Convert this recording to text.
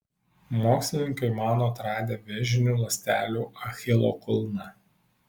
mokslininkai mano atradę vėžinių ląstelių achilo kulną